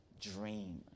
dream